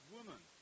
Woman